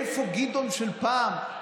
איפה גדעון של פעם?